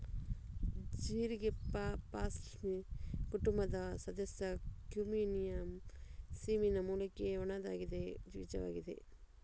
ಜೀರಿಗೆಯು parsley ಕುಟುಂಬದ ಸದಸ್ಯ cuminum cyminum ಮೂಲಿಕೆಯ ಒಣಗಿದ ಬೀಜವಾಗಿದೆ